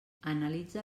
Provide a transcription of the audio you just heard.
analitza